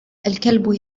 الكلب